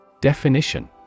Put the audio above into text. Definition